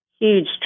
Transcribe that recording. huge